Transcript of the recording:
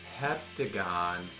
heptagon